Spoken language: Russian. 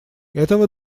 этого